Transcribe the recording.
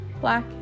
Black